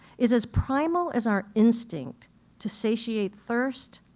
is as primal as our instinct to satiate thirst,